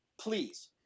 please